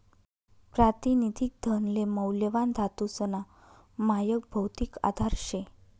प्रातिनिधिक धनले मौल्यवान धातूसना मायक भौतिक आधार शे